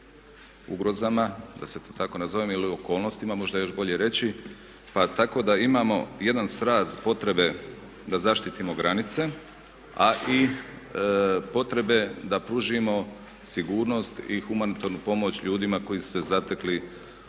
ugrozama da to tako nazovem ili okolnostima možda je još bolje reći pa tako da imamo jedan sraz potrebe da zaštitimo granice, a i potrebe da pružimo sigurnost i humanitarnu pomoć ljudima koji su se zatekli